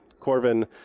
Corvin